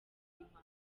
impapuro